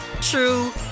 true